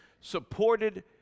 supported